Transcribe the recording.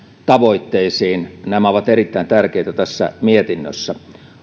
tavoitteisiin nämä ovat erittäin tärkeitä tässä mietinnössä